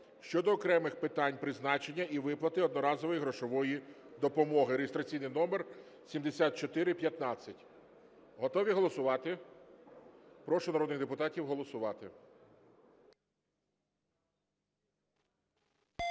(щодо окремих питань призначення і виплати одноразової грошової допомоги) (реєстраційний номер 7415). Готові голосувати? Прошу народних депутатів голосувати.